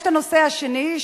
יש הנושא השני,